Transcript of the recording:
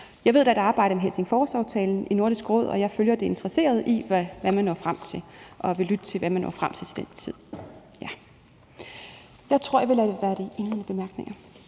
Jeg ved, at der er et arbejde med Helsingforsaftalen i Nordisk Råd, og jeg følger interesseret med i, hvad man når frem til, og jeg vil lytte til, hvad man når frem til til den tid. Jeg tror, at jeg vil lade det være de indledende bemærkninger.